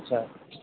आत्सा